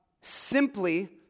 simply